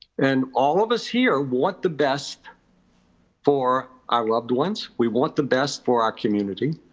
and all of us here want the best for our loved ones, we want the best for our community.